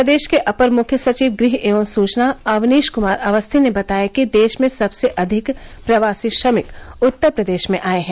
प्रदेश के अपर मुख्य सचिव गृह एवं सूचना अवनीश कुमार अवस्थी ने बताया कि देश में सबसे अधिक प्रवासी श्रमिक उत्तर प्रदेश में आए हैं